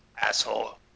Asshole